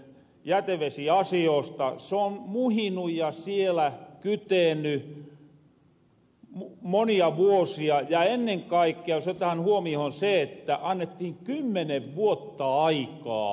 se on muhinu ja siellä kyteny monia vuosia ja ennen kaikkea jos otetaan huomiohon se että annettiin kymmenen vuotta aikaa